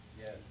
Yes